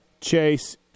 Chase